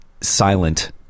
silent